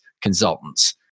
consultants